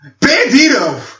Bandito